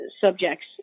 subjects